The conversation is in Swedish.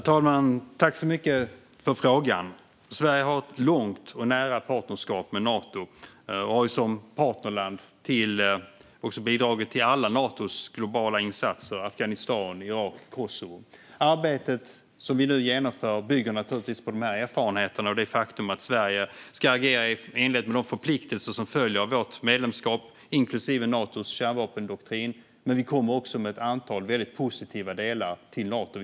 Herr talman! Jag tackar så mycket för frågan. Sverige har ett långt och nära partnerskap med Nato och har som partnerland också bidragit till alla Natos globala insatser - Afghanistan, Irak och Kosovo. Det arbete som vi nu genomför bygger naturligtvis på dessa erfarenheter och det faktum att Sverige ska agera i enlighet med de förpliktelser som följer av vårt medlemskap, inklusive Natos kärnvapendoktrin. Men vi kommer också med ett antal väldigt positiva delar till Nato.